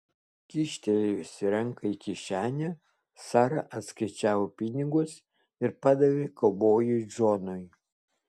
kyštelėjusi ranką į kišenę sara atskaičiavo pinigus ir padavė kaubojui džonui